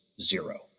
zero